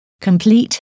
complete